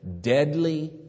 deadly